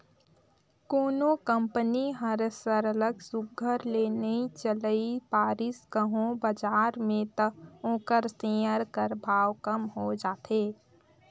कोनो कंपनी हर सरलग सुग्घर ले नी चइल पारिस कहों बजार में त ओकर सेयर कर भाव कम हो जाथे